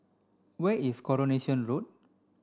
where is Coronation Road